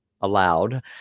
allowed